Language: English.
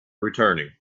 returning